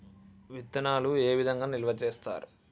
విత్తనాలు ఏ విధంగా నిల్వ చేస్తారు?